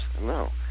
No